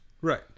Right